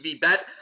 bet